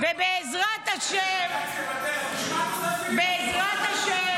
אם את יודעת, בשביל מה את עושה